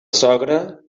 sogra